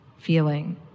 feeling